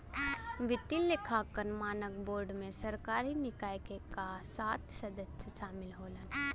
वित्तीय लेखांकन मानक बोर्ड में सरकारी निकाय क सात सदस्य शामिल होलन